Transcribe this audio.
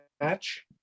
match